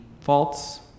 false